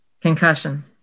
concussion